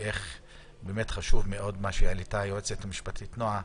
מה שהעלתה היועצת המשפטית, נועה,